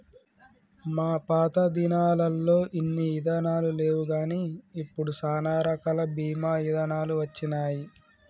మా పాతదినాలల్లో ఇన్ని ఇదానాలు లేవుగాని ఇప్పుడు సాలా రకాల బీమా ఇదానాలు వచ్చినాయి